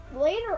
later